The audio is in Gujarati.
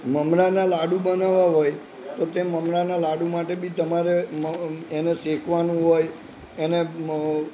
મમરાના લાડુ બનાવવા હોય તો તે મમરાના લાડુ માટે બી તમારે એને શેકવાનું હોય એને